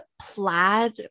plaid